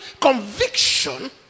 conviction